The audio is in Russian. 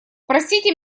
простите